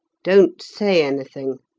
don't say anything.